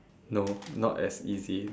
no not as easy